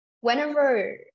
whenever